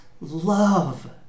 love